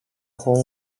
home